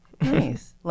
Nice